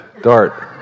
Dart